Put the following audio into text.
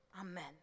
amen